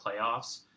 playoffs